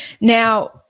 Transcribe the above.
Now